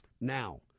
now